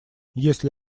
если